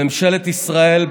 ממשלת ישראל,